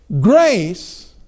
Grace